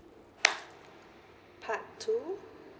part two